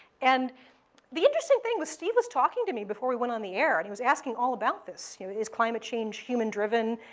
and the interesting thing was steve was talking to me before we went on the air, and he was asking all about this is climate change human-driven?